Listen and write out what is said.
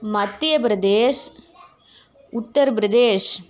Madhya Pradesh Uttar Pradesh